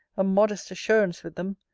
a modest assurance with them!